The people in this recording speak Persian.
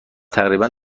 تقریبا